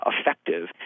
effective